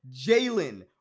Jalen